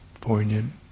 poignant